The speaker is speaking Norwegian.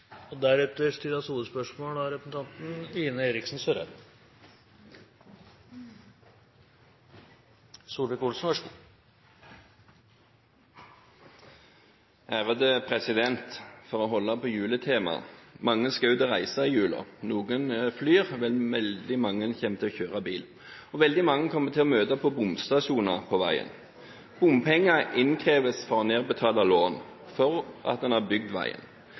For å holde på juletemaet: Mange skal ut og reise i jula. Noen flyr, men veldig mange kommer til å kjøre bil. Veldig mange kommer til å møte på bomstasjoner på veien. Bompenger innkreves for å nedbetale lån, for at man har bygd veien.